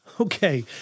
Okay